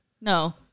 No